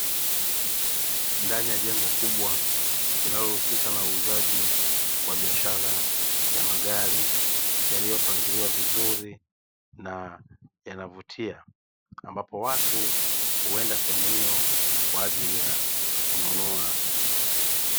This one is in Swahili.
Ndani ya jengo kubwa linaohusika na uuzaji wa biashara ya magari, yaliyopangiliwa vizuri na yanavutia ambapo watu huenda sehemu hio kwa ajili ya kununua.